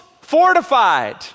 fortified